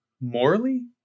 morally